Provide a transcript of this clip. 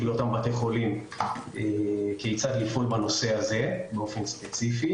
לאותם בתי חולים כיצד לפעול בנושא הזה באופן ספציפי